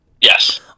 Yes